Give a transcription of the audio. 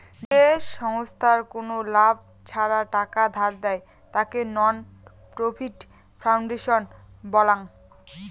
যে ছংস্থার কোনো লাভ ছাড়া টাকা ধার দেয়, তাকে নন প্রফিট ফাউন্ডেশন বলাঙ্গ